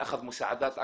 ממדינת ישראל?